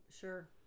Sure